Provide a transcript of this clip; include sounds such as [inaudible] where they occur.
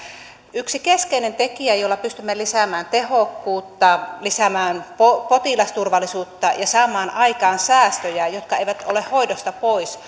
yksi keskeinen tekijä jolla pystymme lisäämään tehokkuutta lisäämään potilasturvallisuutta ja saamaan aikaan säästöjä jotka eivät ole hoidosta pois [unintelligible]